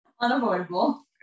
Unavoidable